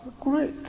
great